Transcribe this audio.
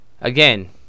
Again